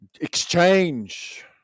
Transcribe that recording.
exchange